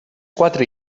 quatre